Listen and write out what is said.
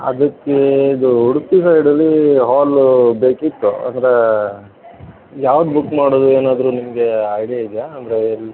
ಅದಕ್ಕೆ ಇದು ಉಡುಪಿ ಸೈಡಲ್ಲಿ ಹಾಲು ಬೇಕಿತ್ತು ಅಂದರೆ ಯಾವ್ದು ಬುಕ್ ಮಾಡೋದು ಏನಾದರು ನಿಮಗೆ ಐಡ್ಯಾ ಇದೆಯಾ ಅಂದರೆ ಎಲ್ಲಿ